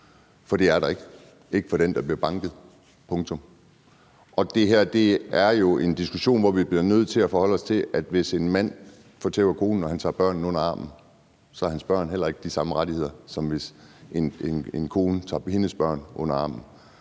Det er der ikke for den, der bliver banket – punktum. Det her er jo en diskussion, hvor vi bliver nødt til at forholde os til, at hvis en mand får tæv af konen og han tager børnene under armen, har hans børn ikke de samme rettigheder, som hvis en kone tager sine børn under armen.